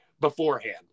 beforehand